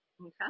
Okay